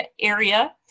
area